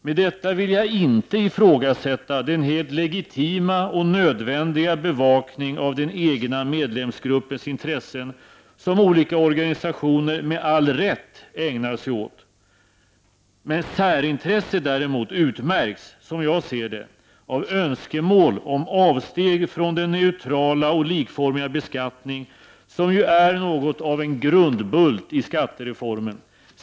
Med detta vill jag inte ifrågasätta den helt legitima och nödvändiga bevakning av den egna medlemsgruppens intressen som olika organisationer ägnar sig åt. Särintresset däremot utmärks, som jag ser det, av önskemål om avsteg från den neutrala och likformiga beskattning som ju är något av en grundbult i skattereformen.